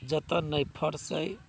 जतय नहि फर्श अइ